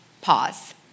pause